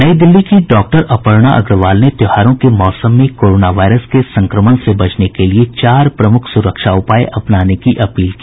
नई दिल्ली की डॉक्टर अपर्णा अग्रवाल ने त्योहारों के मौसम में कोरोना वायरस के संक्रमण से बचने के लिए चार प्रमुख सुरक्षा उपाय अपनाने की अपील की